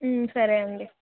సరే అండి